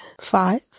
five